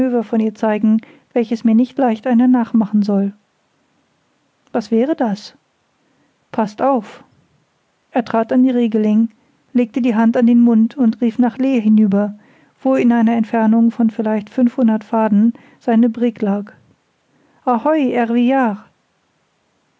von ihr zeigen welches mir nicht leicht einer nachmachen soll was wäre das paßt auf er trat an die regeling legte die hand an den mund und rief nach lee hinüber wo in einer entfernung von vielleicht fünfhundert faden seine brigg lag ahoi